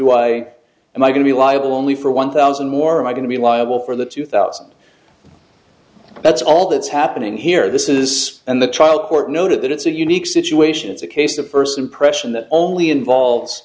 i am i going to be liable only for one thousand more i'm going to be liable for the two thousand that's all that's happening here this is and the trial court noted that it's a unique situation it's a case of first impression that only involves